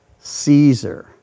Caesar